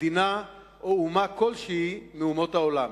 מדינה או אומה כלשהי מאומות העולם.